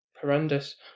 horrendous